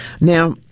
Now